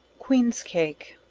queens cake.